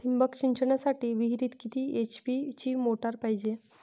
ठिबक सिंचनासाठी विहिरीत किती एच.पी ची मोटार पायजे?